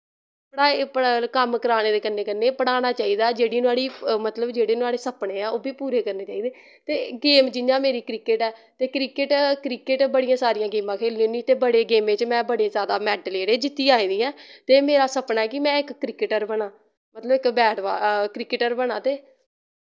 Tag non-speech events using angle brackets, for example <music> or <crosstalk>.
<unintelligible> कम्म कराने दे कन्ने कन्ने पढ़ाना चाहिदा जेह्ड़ी नोह्ड़ी मतलव जेह्ड़े नोह्ड़े सपने ऐं ओह् बी पूरे करने चाहिदे ते गेम जियां मेरी क्रिकेट ऐ ते क्रिकेट क्रिकेट बड़ियां सारियां गेमां खेलनी होन्नी ते बड़े गेमें च मैं बड़े जैदा मैडल जेह्ड़े जीत्तियै आई दी ऐं ते मेरा सपना ऐ कि मैं इक क्रिकेटर बनां मतलव इक बैट बाल क्रिकेटर बनां ते